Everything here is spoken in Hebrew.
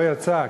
לא יצא,